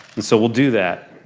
and so we'll do that.